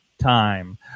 time